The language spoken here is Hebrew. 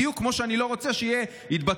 בדיוק כמו שאני לא רוצה שיהיו התבטאויות